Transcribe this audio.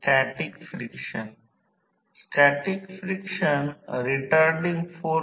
आम्ही short circuit परिस्थितीच्च्या समतुल्य सर्किट वाचून वाॅटमीटर कडे दुर्लक्ष करू